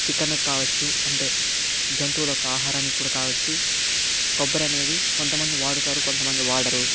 chicken కి కావచ్చు అంటే జంతువుల ఆహారానికి కూడా కావచ్చు కొబ్బరి అనేది కొంతమంది వాడుతారు కొంతమంది వాడరు